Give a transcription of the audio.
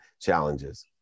challenges